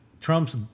trump's